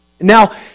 Now